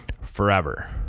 forever